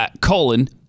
colon